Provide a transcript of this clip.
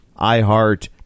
iHeart